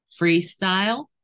freestyle